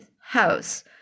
house